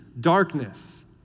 darkness